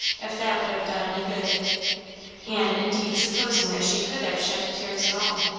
if that would have done any good and indeed supposing that she could have shed tears at all,